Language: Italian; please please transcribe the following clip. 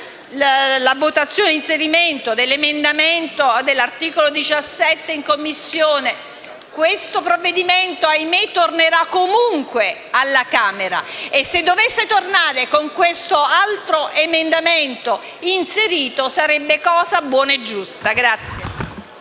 la votazione e l'inserimento dell'articolo 17 in Commissione, questo provvedimento - ahimè - tornerà comunque alla Camera, e se dovesse tornare con questo altro emendamento al suo interno, sarebbe cosa buona e giusta.